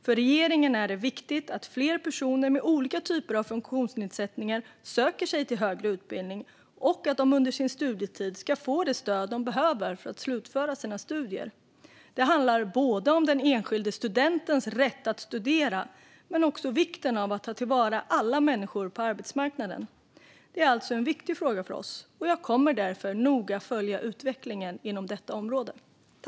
För regeringen är det viktigt att fler personer med olika typer av funktionsnedsättningar söker sig till högre utbildning och att de under sin studietid får det stöd de behöver för att slutföra sina studier. Det handlar både om den enskilde studentens rätt att studera och om vikten av att ta till vara alla människor på arbetsmarknaden. Detta är alltså en viktig fråga för oss, och jag kommer därför att noga följa utvecklingen inom området.